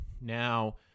Now